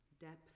depth